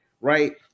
right